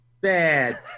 Bad